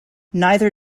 neither